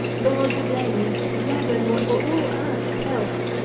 god lends to leaven what were all earth else,